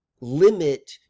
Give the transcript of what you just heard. limit